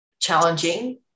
challenging